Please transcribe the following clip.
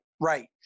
right